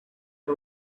the